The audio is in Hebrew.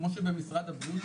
כמו שבמשרד הבריאות,